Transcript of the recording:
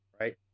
right